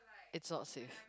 it's not safe